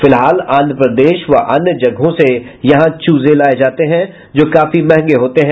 फिलहाल आंध्र प्रदेश व अन्य जगहों से यहां चूजे लाए जाते हैं जो काफी मंहगे होते हैं